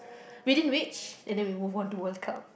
within reach and then we move on to World Cup